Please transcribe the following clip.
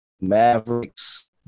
Mavericks